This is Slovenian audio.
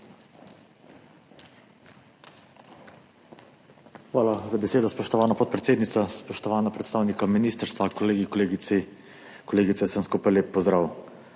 Hvala za besedo, spoštovana podpredsednica. Spoštovana predstavnika ministrstva, kolegi, kolegice, vsem skupaj lep pozdrav!